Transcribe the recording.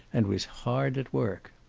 and was hard at work.